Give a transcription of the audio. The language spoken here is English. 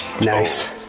Nice